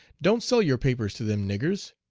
don't sell your papers to them niggers!